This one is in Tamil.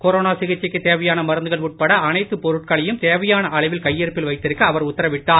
கொரோனா சிகிச்சைக்கு தேவையான மருந்துகள் உட்பட அனைத்து பொருட்களையும் தேவையான அளவில் கையிருப்பில் வைத்திருக்க அவர் உத்தரவிட்டார்